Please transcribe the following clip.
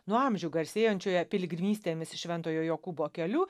nuo amžių garsėjančioje piligrimystėmis šventojo jokūbo keliu